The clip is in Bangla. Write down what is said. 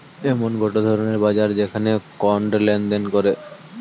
এমন গটে ধরণের বাজার যেখানে কন্ড লেনদেন করে